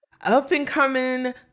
up-and-coming